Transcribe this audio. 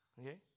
Okay